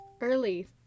early